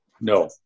No